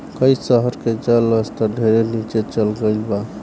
कई शहर के जल स्तर ढेरे नीचे चल गईल बा